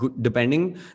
depending